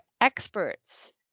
experts